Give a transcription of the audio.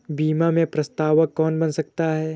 बीमा में प्रस्तावक कौन बन सकता है?